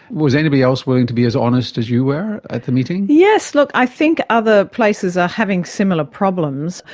was anybody else willing to be as honest as you were at the meeting? yes, look, i think other places are having similar problems.